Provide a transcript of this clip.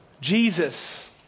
Jesus